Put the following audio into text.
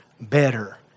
better